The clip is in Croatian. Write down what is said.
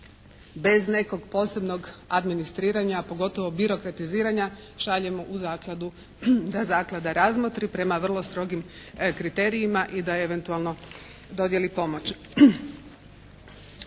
bez nekog posebnog administriranja, pogotovo birokratiziranja šaljemo u Zakladu da Zaklada razmotri prema vrlo strogim kriterijima i da eventualno dodijeli pomoć.